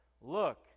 look